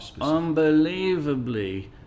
unbelievably